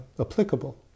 applicable